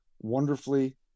wonderfully